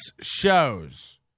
shows